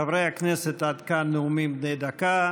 חברי הכנסת, עד כאן נאומים בני דקה.